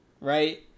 Right